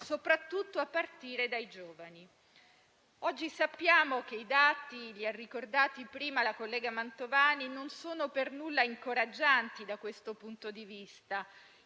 soprattutto a partire dai giovani. Oggi sappiamo che i dati - li ha ricordati prima la collega Mantovani - non sono per nulla incoraggianti da questo punto di vista.